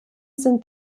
sind